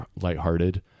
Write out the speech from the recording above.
lighthearted